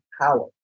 power